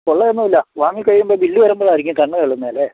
കൊള്ള ഒന്നും ഇല്ല വാങ്ങി കഴിയുമ്പോൾ ബില്ല് വരുമ്പോളായിരിക്കും കണ്ണ് തള്ളുന്നത് അല്ലേ